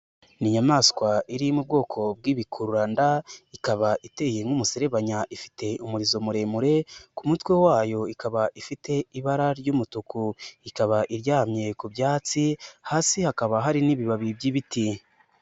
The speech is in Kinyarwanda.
Ni inyamaswa iri mu ubwoko bw'ibikururanda ikaba iteye nk'umuserebanya ifite umurizo muremure, ku mutwe wayo ikaba ifite ibara ry'umutuku, ikaba iryamye ku byatsi hasi hakaba hari n'ibibabi by'ibiti.